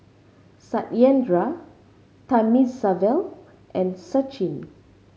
Satyendra Thamizhavel and Sachin